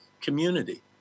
community